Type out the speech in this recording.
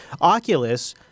Oculus